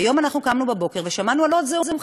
והיום אנחנו קמנו בבוקר ושמענו על עוד זיהום,